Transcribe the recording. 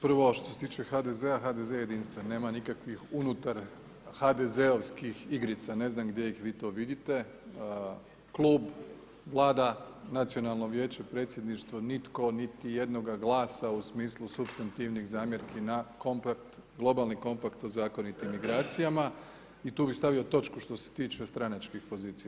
Prvo što se tiče HDZ-a, HDZ je jedinstven nema nikakvih unutar HDZ-ovskih igrica, ne znam gdje ih vi to vidite, klub, vlada, nacionalno vijeće, predsjedništvo nitko niti jednoga glasa u smislu supstantivnih zamjerni na kompakt, globalni kompakt o zakonitim migracijama i tu bi stavio točku što se tiče stranačkih pozicija.